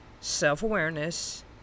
self-awareness